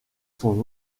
son